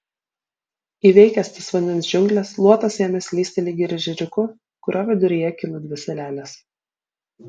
įveikęs tas vandens džiungles luotas ėmė slysti lyg ir ežeriuku kurio viduryje kilo dvi salelės